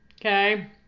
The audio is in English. okay